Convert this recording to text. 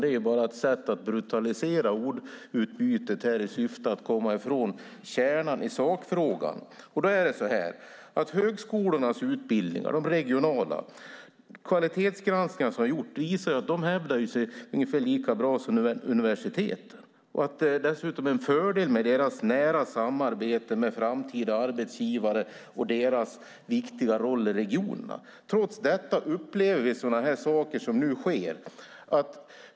Det är bara ett sätt att brutalisera ordutbytet i syfte att komma ifrån kärnan i sakfrågan. Kvalitetsgranskningar som har gjorts visar att de regionala högskolornas utbildningar hävdar sig ungefär lika bra som universitetens. Dessutom är deras nära samarbete med framtida arbetsgivare och deras viktiga roll i regionerna en fördel. Trots detta upplever vi sådana saker som nu sker.